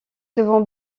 souvent